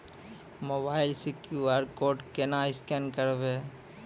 Mobile से QR code केना scan करबै?